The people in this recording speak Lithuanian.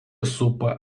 supa